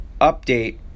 update